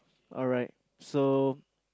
alright so